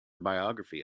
biography